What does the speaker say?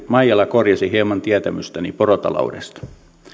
maijala korjasi hieman tietämystäni porotaloudesta